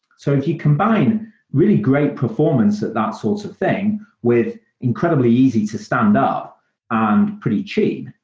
so if you combine really great performance at that sorts of thing with incredibly easy to stand up and pretty cheap,